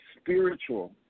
spiritual